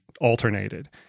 alternated